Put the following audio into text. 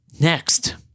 Next